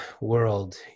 world